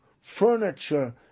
furniture